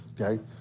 Okay